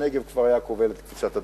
הנגב כבר היה עובר את קפיצת הדרך.